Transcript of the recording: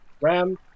ram